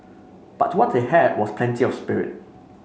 but what they had was plenty of spirit